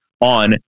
on